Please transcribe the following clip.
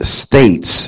states